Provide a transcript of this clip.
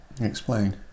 explain